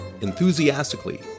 enthusiastically